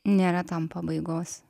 nėra tam pabaigos